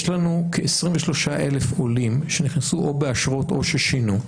יש לנו כ-23,000 עולים שנכנסו או באשרות או ששינו,